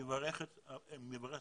מברך את הממשלה.